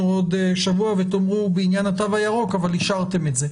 בעוד שבוע ותאמרו בעניין התו הירוק: אבל אישרתם את זה.